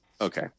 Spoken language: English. Okay